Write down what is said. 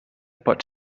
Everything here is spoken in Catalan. pot